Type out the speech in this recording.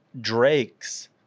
Drake's